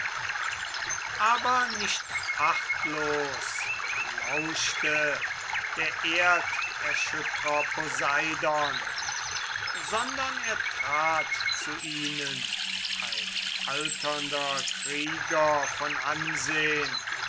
aber nicht achtlos lauschte der erderschüttrer poseidon sondern er trat zu ihnen ein alternder krieger von ansehn